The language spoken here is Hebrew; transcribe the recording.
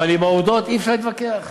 אבל עם העובדות אי-אפשר להתווכח.